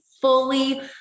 fully